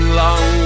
long